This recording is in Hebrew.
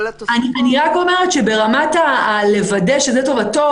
אני רק אומרת שברמת הלוודא שזה לטובתו,